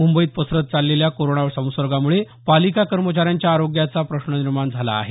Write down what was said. मुंबईत पसरत चाललेल्या कोरोना संसर्गामुळे पालिका कर्मचाऱ्यांच्या आरोग्याचा प्रश्न निर्माण झाला आहे